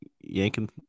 yanking